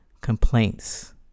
complaints